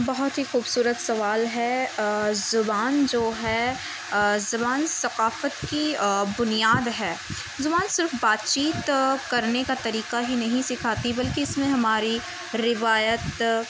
بہت ہی خوبصورت سوال ہے زبان جو ہے زبان ثقافت کی بنیاد ہے زبان صرف بات چیت کرنے کا طریقہ ہی نہیں سکھاتی بلکہ اس میں ہماری روایت